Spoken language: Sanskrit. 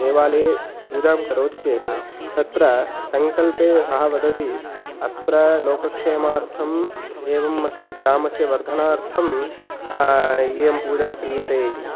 देवालये पूजां करोति चेत् तत्र सङ्गल्पे सः वदति अत्र लोकक्षेमार्थम् एवम् अस्य ग्रामस्य वर्धनार्थम् इयं पूजा क्रियते इति